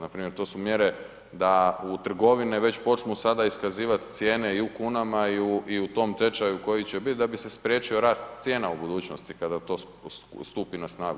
Npr. to su mjere da u trgovine počnu već sada iskazivati cijene i u kunama i u tom tečaju koji će biti da bi se spriječio rast cijena u budućnosti kada to stupi na snagu.